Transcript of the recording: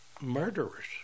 murderers